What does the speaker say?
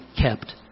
kept